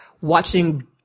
watching